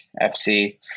FC